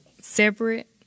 separate